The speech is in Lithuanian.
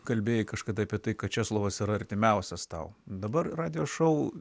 kalbėjai kažkada apie tai kad česlovas yra artimiausias tau dabar radijo šou